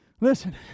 Listen